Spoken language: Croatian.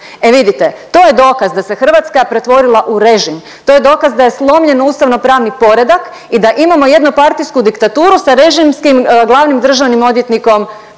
E vidite, to je dokaz da se Hrvatska pretvorila u režim, to je dokaz da je slomljen ustavno-pravni poredak i da imamo jednopartijsku diktaturu sa režimskim glavnim državnim odvjetnikom kao